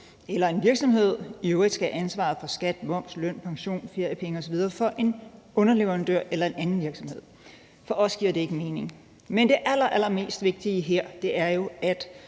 at en virksomhed i øvrigt skal have ansvaret for, at skat, moms, pension, løn, feriepenge osv. er korrekt hos en underleverandør eller en anden virksomhed. For os giver det ikke mening. Men det allerallermest vigtige her er jo, at